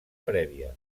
prèvia